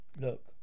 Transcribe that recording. Look